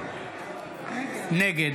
נגד